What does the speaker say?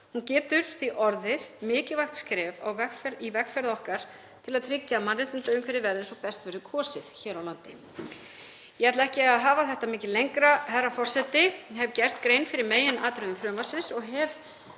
Hún getur því orðið mikilvægt skref á vegferð okkar til að tryggja að mannréttindaumhverfi verði eins og best verður á kosið hér á landi. Ég ætla ekki að hafa þetta mikið lengra, herra forseti. Ég hef gert grein fyrir meginatriðum frumvarpsins og hef